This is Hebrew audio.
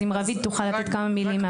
אז אם רביד תוכל להגיד כמה מילים.